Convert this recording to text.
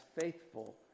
faithful